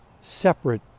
separate